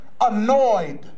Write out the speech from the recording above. annoyed